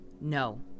No